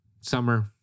summer